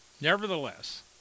Nevertheless